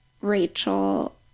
Rachel